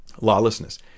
lawlessness